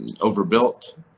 overbuilt